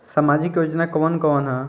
सामाजिक योजना कवन कवन ह?